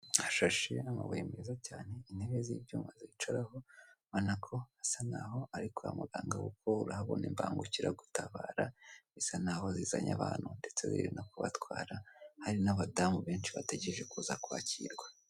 Hashashe n'amabuye meza cyane, intebe z'icyuma bicaraho, urabona ko hasa n'aho ari kwa muganga kuko urahabona imbangukiragutabara bisa n'aho zizanye abantu ndetse ziri no kubatwara, hari n'abadamu benshi bategereje kuza kwakirwa.